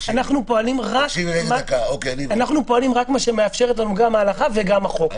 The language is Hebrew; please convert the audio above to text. תקשיבי --- אנחנו פועלים רק במה שמאפשרים לנו גם ההלכה וגם החוק,